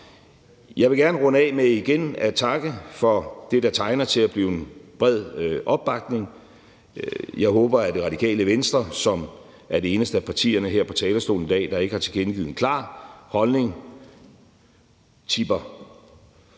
Jeg vil gerne runde af med igen at takke for det, der tegner til at blive en bred opbakning. Jeg håber, at Radikale Venstre, som er det eneste af partierne her på talerstolen i dag, der ikke har tilkendegivet en klar holdning, tipper,